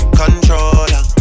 controller